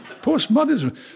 Postmodernism